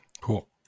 Cool